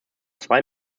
zwei